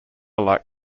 like